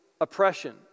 oppression